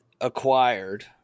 acquired